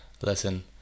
listen